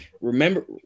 Remember